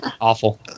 Awful